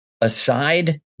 Aside